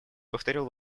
повторил